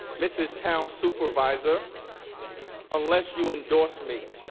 mrs. town supervisor unless you endorse me